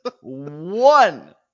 One